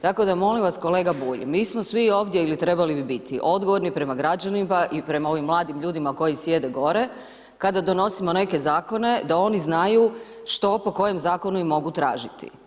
Tako da molim vas, kolega Bulj, mi smo svi ovdje ili trebali bi biti odgovorni prema građanima i prema ovim mladim ljudima koji sjede gore, kada donosimo neke zakone, da oni znaju, što, po kojem zakonu ih mogu tražiti.